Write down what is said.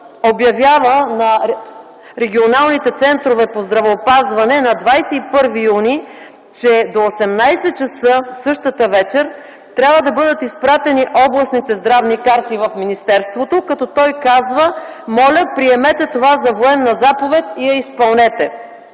обявява на регионалните центрове по здравеопазване, че до 21 юни т.г., до 18,00 ч. същата вечер трябва да бъдат изпратени областните здравни карти в министерството, като той казва: „моля, приемете това за военна заповед и я изпълнете,